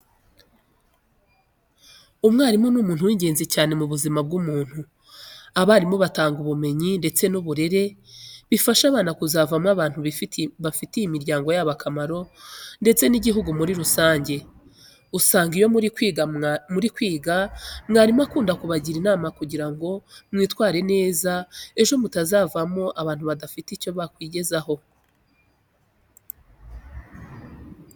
Umwarimu ni umuntu w'ingenzi cyane mu buzima bw'umuntu. Abarimu batanga ubumenyi ndetse n'uburere bifasha abana kuzavamo abantu bafitiye imiryango yabo akamaro ndetse n'igihugu muri rusange. Usanga iyo muri kwiga mwarimu akunda kubagira inama kugira ngo mwitware neza ejo mutazavamo abantu badafite icyo bakwigezaho.